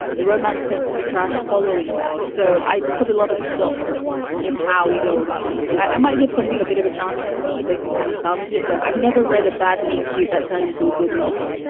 the romance tends to be trash following that. so i put a lot of stock in how we go about meeting. i might give something a bit of a chance and see if they can kind of salvage it. but i've never read a bad meat. cute that turned into a good novel.